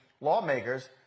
lawmakers